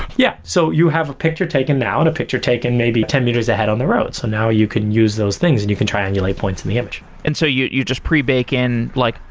yeah. so you have a picture taken now and a picture taken maybe ten meters ahead on the road, so now you can use those things and you can triangulate points in the image and so you you just pre-baked in like